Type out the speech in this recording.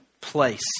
place